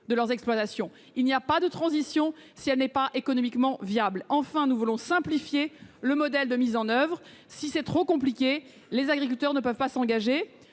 de leurs exploitations, car il n'y aura pas de transition si celle-ci n'est pas économiquement viable ; enfin, que soit simplifié le modèle de mise en oeuvre, car, s'il est trop compliqué, les agriculteurs ne peuvent pas s'engager.